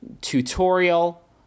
tutorial